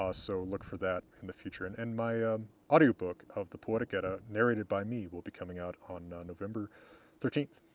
ah so look for that and future, and and my audio book of the poetic edda, narrated by me, will be coming out on ah november thirteenth.